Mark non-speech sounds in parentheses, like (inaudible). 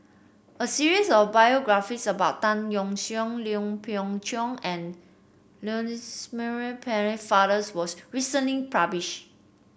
a series of biographies about Tan Yeok Seong Lui Pao Chuen and Lancelot Maurice Pennefather (unintelligible) was recently published